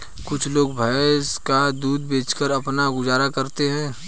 कुछ लोग भैंस का दूध बेचकर अपना गुजारा करते हैं